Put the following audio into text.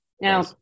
Now